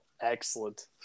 Excellent